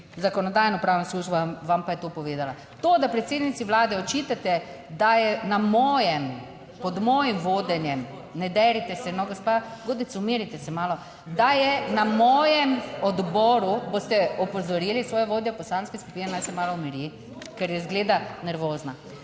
Zakonodajno-pravna služba vam pa je to povedala. To, da predsednici Vlade očitate, da je na mojem, pod mojim vodenjem - ne dejte se, gospa Godec, umirite se malo - da je na mojem odboru, boste opozorili svojo vodjo poslanske skupine naj se malo umiri, ker izgleda nervozna.